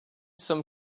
some